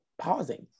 pausing